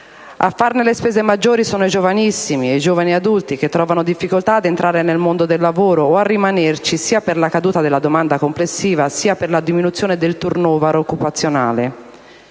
A farne le spese maggiori sono i giovanissimi e i giovani adulti, i quali trovano difficoltà ad entrare nel mondo del lavoro o a rimanerci, sia per la caduta della domanda complessiva sia per la diminuzione del *turnover* occupazionale.